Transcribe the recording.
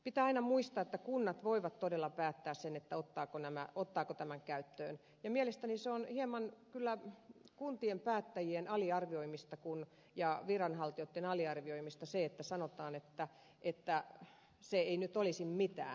pitää aina muistaa että kunnat voivat todella päättää sen ottavatko tämän käyttöön ja mielestäni on hieman kyllä kuntien päättäjien ja viranhaltijoitten aliarvioimista se että sanotaan että se ei nyt olisi mitään